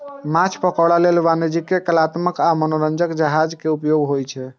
माछ पकड़ै लेल वाणिज्यिक, कलात्मक आ मनोरंजक जहाज के उपयोग होइ छै